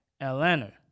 Atlanta